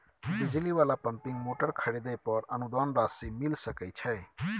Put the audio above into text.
बिजली वाला pumping motor खरीदे पर अनुदान राशि मिल सके छैय?